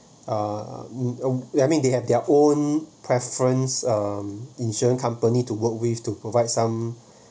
uh I mean they have their own preference um insurance company to work with to provide some